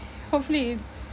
hopefully it's